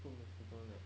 put mosquito net